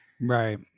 Right